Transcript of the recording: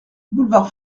boulevard